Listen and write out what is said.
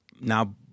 Now